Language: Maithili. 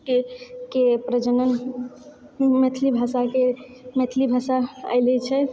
के के प्रजनन मैथिली भाषाके मैथिली भाषा एलै छै